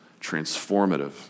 transformative